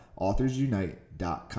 authorsunite.com